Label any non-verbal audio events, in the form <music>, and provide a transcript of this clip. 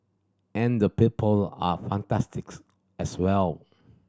and the people are fantastic <unintelligible> as well